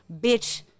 bitch